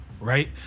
right